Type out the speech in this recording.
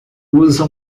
usa